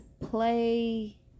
Play